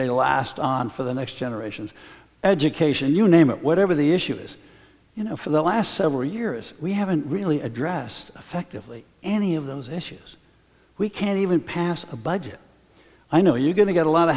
they last on for the next generations education you name it whatever the issue is you know for the last several years we haven't really addressed effectively any of those issues we can't even pass a budget i know you're going to get a lot